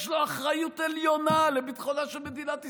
יש לו אחריות עליונה לביטחונה של מדינת ישראל,